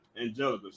Angelica